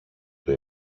του